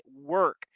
work